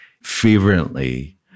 fervently